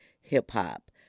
hip-hop